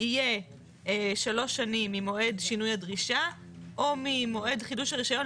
יהיה שלוש שנים ממועד שינוי הדרישה או ממועד חידוש הרישיון,